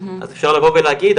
אז אפשר לבוא ולהגיד,